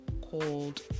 called